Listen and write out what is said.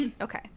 okay